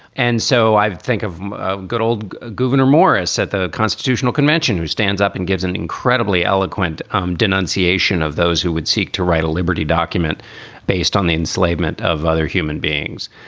and so i would think of of good old gouverneur morris at the constitutional convention who stands up and gives an incredibly eloquent um denunciation of those who would seek to write a liberty document based on the enslavement of other human beings.